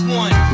one